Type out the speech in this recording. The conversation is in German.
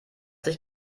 sich